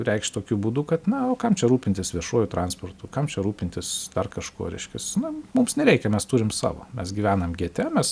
reikšt tokiu būdu kad na o kam čia rūpintis viešuoju transportu kam čia rūpintis dar kažkuo reiškias na mums nereikia mes turim savo mes gyvenam gete mes